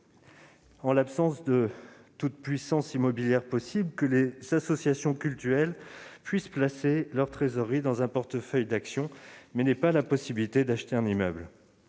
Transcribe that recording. en l'absence de toute capacité immobilière, les associations cultuelles puissent placer leurs trésoreries dans un portefeuille d'actions, mais qu'elles n'aient pas la possibilité d'acheter un immeuble.